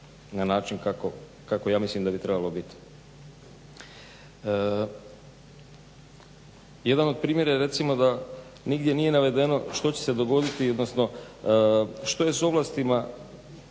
na način kako ja mislim da bi trebalo biti. Jedan od primjera je recimo da nigdje nije navedeno što će se dogoditi, odnosno što je s ovlastima